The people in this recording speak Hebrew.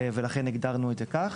ולכן הגדרנו את זה כך.